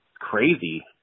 Crazy